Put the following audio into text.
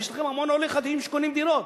הרי יש לכם המון, שקונים דירות,